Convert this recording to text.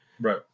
Right